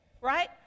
Right